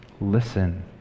listen